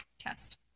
test